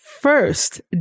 First